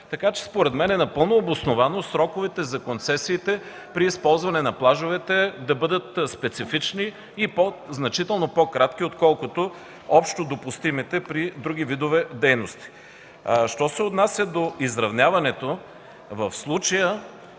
Според мен е напълно обосновано сроковете за концесиите при използване на плажовете да бъдат специфични и значително по-кратки отколкото общодопустимите при други видове дейности. Що се отнася до изравняването, в случая